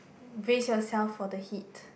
brace yourself for the heat